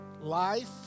life